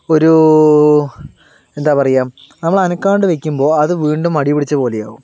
ഒരൂ എന്താ പറയുക നമ്മളനക്കാണ്ട് വെയ്ക്കുമ്പോൾ അത് വീണ്ടും മടി പിടിച്ച പോലെയാകും